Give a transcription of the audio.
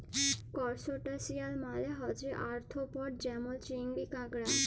করসটাশিয়াল মালে হছে আর্থ্রপড যেমল চিংড়ি, কাঁকড়া